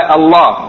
Allah